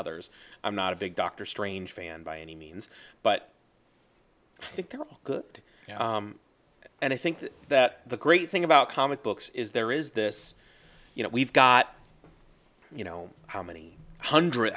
others i'm not a big dr strange fan by any means but i think they're all good and i think that the great thing about comic books is there is this you know we've got you know how many hundred